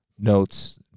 notes